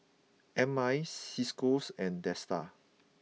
M I Ciscos and Dsta